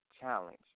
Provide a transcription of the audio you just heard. challenge